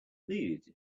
needed